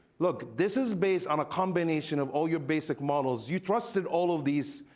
look, this is based on a combination of all your basic models. you trusted all of these,